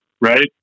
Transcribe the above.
right